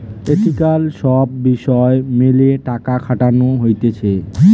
ethical সব বিষয় মেলে টাকা খাটানো হতিছে